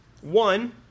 one